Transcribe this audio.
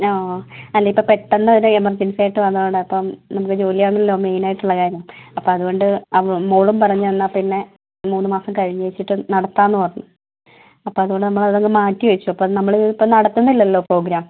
ആ അല്ല ഇപ്പം പെട്ടെന്നൊരു എമർജെൻസി ആയിട്ട് വന്നതുകൊണ്ടാണ് അപ്പം നമുക്ക് ജോലിയാണല്ലോ മെയിൻ ആയിട്ടുള്ള കാര്യം അപ്പം അതുകൊണ്ട് മോളും പറഞ്ഞു എന്നാൽ പിന്നെ മൂന്ന് മാസം കഴിഞ്ഞേച്ചിട്ടും നടത്താമെന്ന് പറഞ്ഞു അപ്പം അതുകൊണ്ട് നമ്മളങ്ങ് മാറ്റി വെച്ചു അപ്പം നമ്മൾ ഇപ്പം നടത്തുന്നില്ലല്ലോ പ്രോഗ്രാം